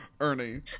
Ernie